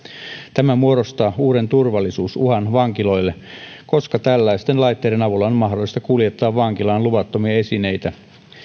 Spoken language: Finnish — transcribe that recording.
tämä muodostaa uuden turvallisuusuhan vankiloille koska tällaisten laitteiden avulla on mahdollista kuljettaa vankilaan luvattomia esineitä